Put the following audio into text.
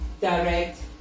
direct